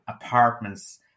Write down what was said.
apartments